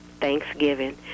Thanksgiving